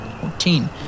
Fourteen